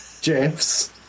Jeff's